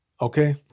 Okay